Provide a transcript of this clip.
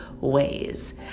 ways